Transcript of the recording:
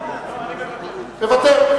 אני מוותר.